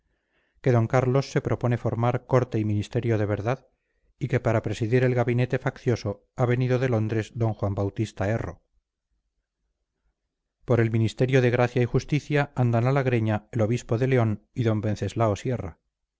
que d carlos se propone formar corte y ministerio de verdad y que para presidir el gabinete faccioso ha venido de londres d juan bautista erro por el ministerio de gracia y justicia andan a la greña el obispo de león y don wenceslao sierra